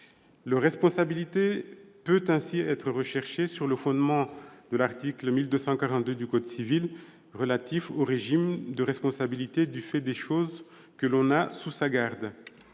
Leur responsabilité peut ainsi être recherchée sur le fondement de l'article 1242 du code civil, relatif au régime de responsabilité du fait des choses que l'on a sous sa garde.